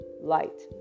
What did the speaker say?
light